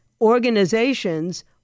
organizations